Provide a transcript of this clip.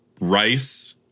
rice